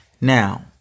Now